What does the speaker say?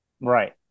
Right